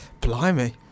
Blimey